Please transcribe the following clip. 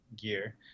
gear